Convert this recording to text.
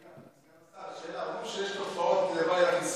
סגן השר, שאלה: אומרים שיש תופעות לוואי לחיסון.